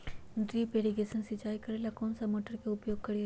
Drip irrigation सिंचाई करेला कौन सा मोटर के उपयोग करियई?